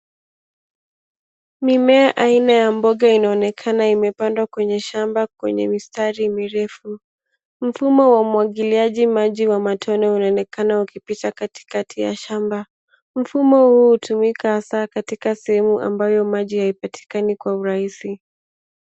Mimea aina ya mboga inaonekana imepandwa kwenye shamba kwenye mistari mirefu mfumo wa umwagiliaji maji wa matone unaonekana ukipita katikati ya shamba mfumo huu hutumika hasa katika sehemu ambayo maji haipatikani kwa urahisi.